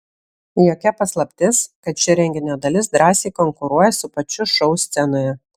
jokia paslaptis kad ši renginio dalis drąsiai konkuruoja su pačiu šou scenoje